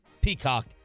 Peacock